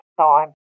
time